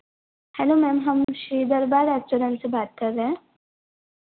hello ma'am हम Shri Darbar restaurant से बात कर रहे हैं